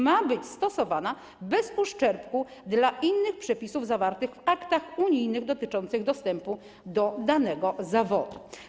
Ma to być stosowane bez uszczerbku dla innych przepisów zwartych w aktach unijnych dotyczących dostępu do danego zawodu.